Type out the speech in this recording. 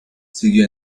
siguió